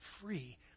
free